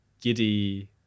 giddy